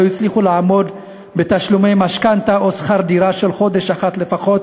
הצליחו לעמוד בתשלומי משכנתה או שכר דירה של חודש אחד לפחות.